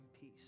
peace